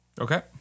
okay